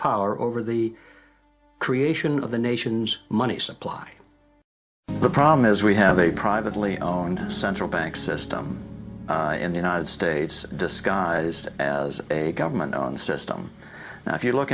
power over the creation of the nation's money supply the problem is we have a privately owned central bank system in the united states disguised as a government run system and if you look